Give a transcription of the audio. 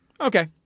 Okay